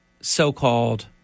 so-called